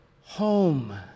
home